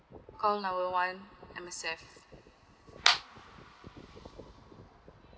call number one M_S_F